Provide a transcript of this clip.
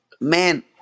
Man